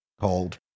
called